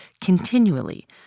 continually